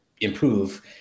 improve